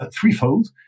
threefold